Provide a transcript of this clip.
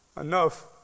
enough